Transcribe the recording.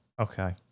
okay